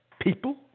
people